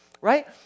right